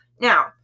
Now